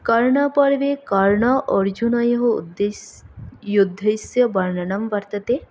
कर्णपर्वे कर्णार्जुनयोः यद्ध युद्धस्य वर्णनं वर्तते